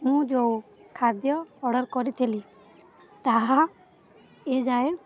ମୁଁ ଯେଉଁ ଖାଦ୍ୟ ଅର୍ଡ଼ର୍ କରିଥିଲି ତାହା ଏଯାଏ